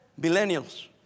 millennials